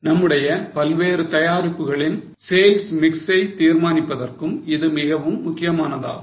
நம்முடைய பல்வேறு தயாரிப்புகளின் sales mix ஐ தீர்மானிப்பதற்கும் இது மிகவும் முக்கியமானதாகும்